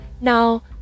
now